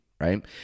Right